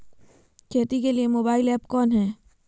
खेती के लिए मोबाइल ऐप कौन है?